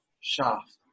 shaft